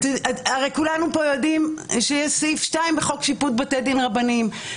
הרי כולנו פה יודעים שיש סעיף 2 בחוק שיפוט בתי דין רבניים,